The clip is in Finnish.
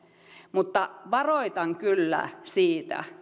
mutta varoitan kyllä siitä